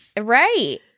Right